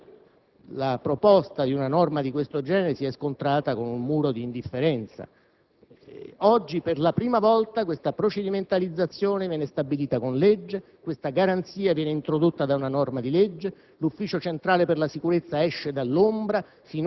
Questa è una norma garantista. Per anni la proposta di una norma di questo genere si è scontrata con un muro di indifferenza. Oggi, per la prima volta, questa procedimentalizzazione viene stabilita con legge, questa garanzia viene introdotta da una norma